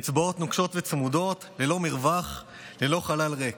אצבעות נוקשות וצמודות ללא מרווח, ללא חלל ריק.